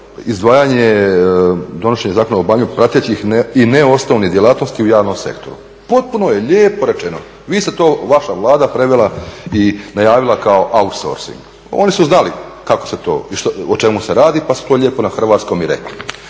izdvajanje donošenje zakona o obavljanju pratećih i neosnovnih djelatnosti u javnom sektoru. Potpuno je lijepo rečeno. Vaša Vlada je to prevela i najavila kao outsourcing. Oni su znali kako se to i o čemu se radi pa su to lijepo na hrvatskom i rekli.